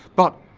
but,